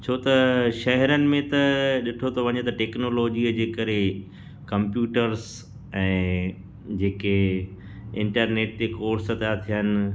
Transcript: छो त शहरनि में त ॾिठो थो वञे त टेक्नोलॉजीअ जे करे कंप्यूटर्स ऐं जेके इंटरनेट ते कोर्स था थियनि